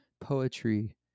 poetry